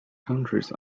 countries